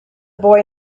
boy